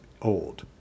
Old